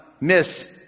miss